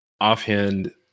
offhand